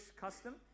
custom